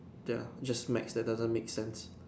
they're just math that doesn't make sense